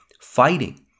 fighting